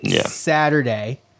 Saturday